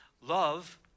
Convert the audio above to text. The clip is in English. Love